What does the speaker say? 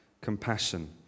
compassion